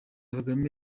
kagame